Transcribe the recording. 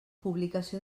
publicació